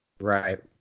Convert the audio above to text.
Right